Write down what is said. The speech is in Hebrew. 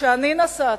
כשאני נסעתי,